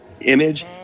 image